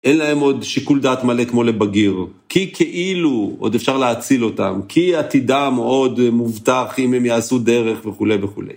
אין להם עוד שיקול דעת מלא כמו לבגיר. כי כאילו עוד אפשר להציל אותם, כי עתידם עוד מובטח אם הם יעשו דרך וכולי וכולי.